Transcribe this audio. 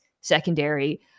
secondary